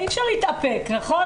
אי אפשר להתאפק, נכון?